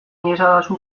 iezadazu